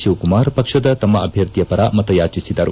ಶಿವಕುಮಾರ್ ಪಕ್ಷದ ತಮ್ಮ ಅಭ್ಯರ್ಥಿಯ ಪರ ಮತಯಾಚಿಸಿದರು